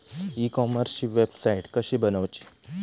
E कॉमर्सची website कशी बनवची?